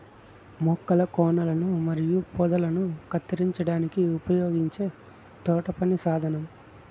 మొక్కల కొనలను మరియు పొదలను కత్తిరించడానికి ఉపయోగించే తోటపని సాధనం